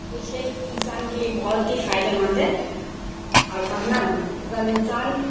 یہ کھیل انسان کے لیے بہت ہی فائدہ مند ہے اور پڑھنا بھی اگر انسان